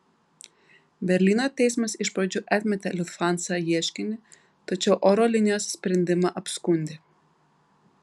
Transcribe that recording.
berlyno teismas iš pradžių atmetė lufthansa ieškinį tačiau oro linijos sprendimą apskundė